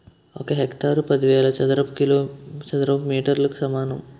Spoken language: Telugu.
ఒక హెక్టారు పదివేల చదరపు మీటర్లకు సమానం